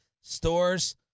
Stores